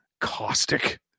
caustic